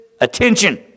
attention